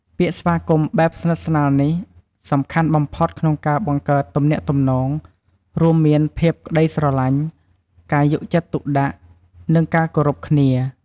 ពាក្យស្វាគមន៍បែបស្និទ្ធស្នាលនេះ សំខាន់បំផុតក្នុងការបង្កើតទំនាក់ទំនង រួមមានភាពក្តីស្រឡាញ់ ការយកចិត្តទុកដាក់ និងការគោរពគ្នា។